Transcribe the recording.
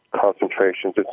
concentrations